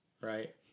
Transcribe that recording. right